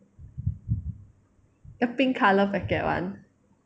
the pink colour packet [one]